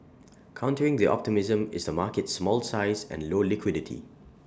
countering the optimism is the market's small size and low liquidity